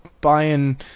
buying